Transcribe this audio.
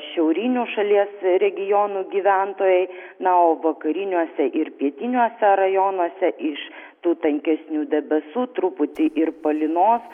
šiaurinių šalies regionų gyventojai na o vakariniuose ir pietiniuose rajonuose iš tų tankesnių debesų truputį ir palynos